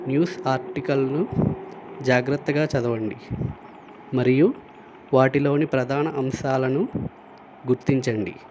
news ఆర్టికల్ను జాగ్రత్తగా చదవండి మరియు వాటిలోని ప్రధాన అంశాలను గుర్తించండి